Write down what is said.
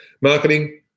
Marketing